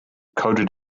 coded